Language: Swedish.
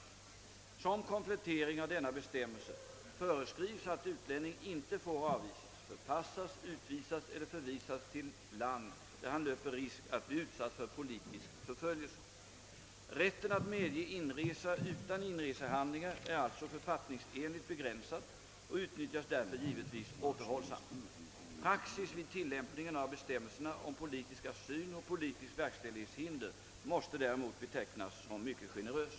Som komplettering av denna bestämmelse föreskrivs att utlänning inte får avvisas, förpassas, utvisas eller förvisas till land, där han löper risk att bli utsatt för politisk förföljelse. Rätten att medge inresa utan inresehandlingar är alltså författningsenligt begränsad och utnyttjas därför givetvis återhållsamt. Praxis vid tillämpningen av bestämmelserna om politisk asyl och politiskt verkställighetshinder måste däremot betecknas som mycket generös.